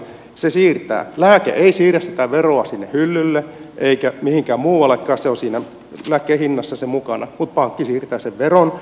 lääke ei siirrä sitä veroa hyllylle eikä mihinkään muuallekaan se on siinä lääkkeen hinnassa mukana mutta pankki siirtää sen veron